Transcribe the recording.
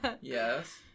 Yes